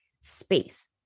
space